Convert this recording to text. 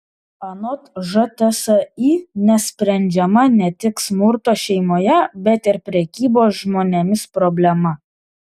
anot žtsi nesprendžiama ne tik smurto šeimoje bet ir prekybos žmonėmis problema